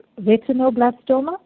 retinoblastoma